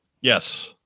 Yes